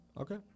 Okay